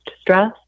stress